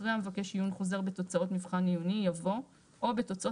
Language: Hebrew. אחרי "המבקש עיון חוזר בתוצאות מבחן עיוני" יבוא "או בתוצאות